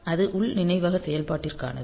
அது உள் நினைவக செயல்பாட்டிற்கானது